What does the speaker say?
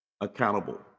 accountable